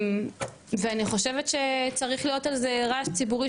ואני חושבת שצריך להיות על זה רעש ציבורי,